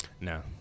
No